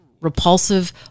repulsive